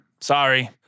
Sorry